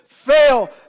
Fail